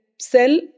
sell